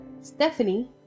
Stephanie